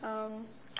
um